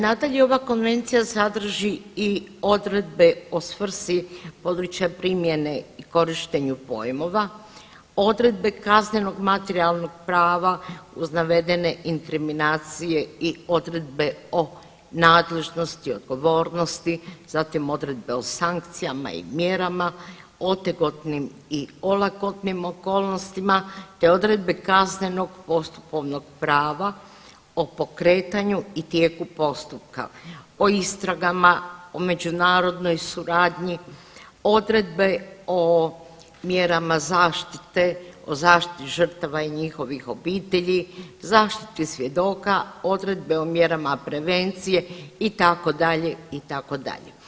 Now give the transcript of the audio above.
Nadalje ova Konvencija sadrži i odredbe o svrsi područja primjene i korištenju pojmova, odredbe kaznenog materijalnog prava uz navedene inkriminacije i odredbe o nadležnosti, odgovornosti, zatim odredbe o sankcijama i mjerama, otegotnim i olakotnim okolnostima te odredbe kaznenog postupovnog prava o pokretanju i tijeku postupka, o istragama, o međunarodnoj suradnji, odredbe o mjerama zaštite, o zaštiti žrtava i njihovih obitelji, zaštiti svjedoka, odredbe o mjerama prevencije itd., itd.